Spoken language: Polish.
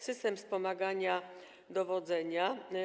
System wspomagania dowodzenia.